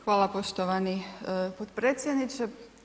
Hvala poštovani potpredsjedniče.